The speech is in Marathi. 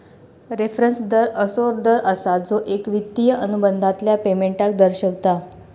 रेफरंस दर असो दर असा जो एक वित्तिय अनुबंधातल्या पेमेंटका दर्शवता